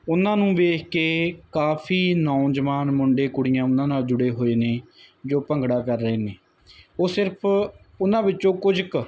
ਉਹਨਾਂ ਨੂੰ ਵੇਖ ਕੇ ਕਾਫੀ ਨੌਜਵਾਨ ਮੁੰਡੇ ਕੁੜੀਆਂ ਉਹਨਾਂ ਨਾਲ ਜੁੜੇ ਹੋਏ ਨੇ ਜੋ ਭੰਗੜਾ ਕਰ ਰਹੇ ਨੇ ਉਹ ਸਿਰਫ ਉਹਨਾਂ ਵਿੱਚੋਂ ਕੁਝ ਕ